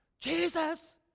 Jesus